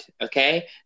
okay